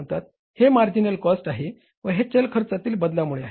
हे marginal cost आहे व हे चल खर्चातील बदलांमुळे आहे